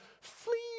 flee